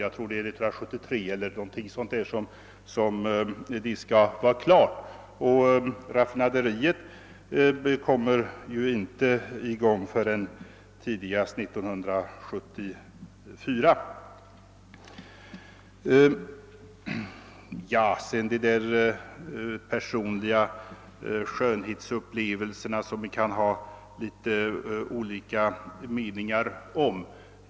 Jag tror ati arbetet skall vara klart omkring 1973, och raffinaderiet kommer inte i gång förrän tidigast 1974. De personliga skönhetsupplevelserna kan vi ha litet olika meningar om.